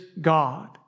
God